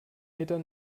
meter